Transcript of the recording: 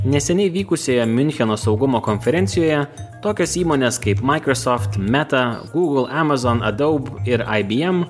neseniai vykusioje miuncheno saugumo konferencijoje tokios įmones kaip microsoft meta google amazon adobe ir ibm